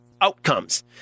outcomes